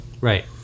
Right